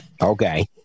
okay